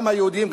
גם היהודים,